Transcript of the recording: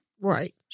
Right